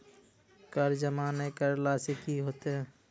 कर जमा नै करला से कि होतै?